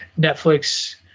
Netflix